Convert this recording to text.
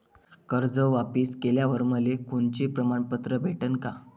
कर्ज वापिस केल्यावर मले कोनचे प्रमाणपत्र भेटन का?